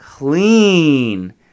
clean